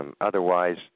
Otherwise